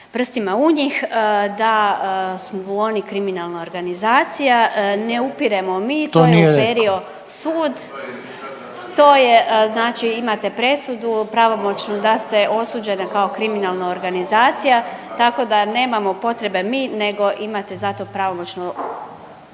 prstima u njih, da su oni kriminalna organizacija, ne upiremo mi… …/Upadica Reiner: To nije…/… …to je uperio sud, to je znači imate presudu pravomoćnu da ste osuđeni kao kriminalna organizacija tako da nemamo potrebe mi nego imate zato pravomoćnu